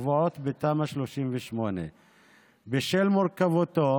הקבועות בתמ"א 38. בשל מורכבותו